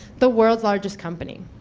the world's largest company.